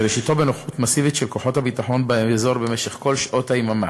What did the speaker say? שראשיתו בנוכחות מסיבית של כוחות הביטחון באזור במשך כל שעות היממה,